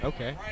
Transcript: Okay